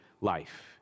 life